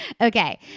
Okay